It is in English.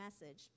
message